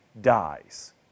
dies